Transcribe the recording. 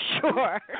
sure